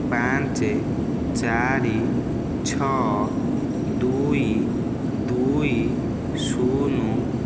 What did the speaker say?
ପାଞ୍ଚ ଚାରି ଛଅ ଦୁଇ ଦୁଇ ଶୂନ